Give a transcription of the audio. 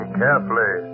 carefully